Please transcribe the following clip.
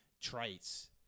traits